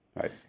right